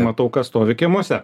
matau kas stovi kiemuose